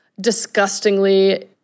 disgustingly